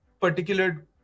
particular